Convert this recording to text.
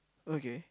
okay